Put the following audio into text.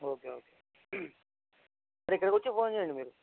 okay okay ఇక్కడికి వచ్చి phone చేయండి మీరు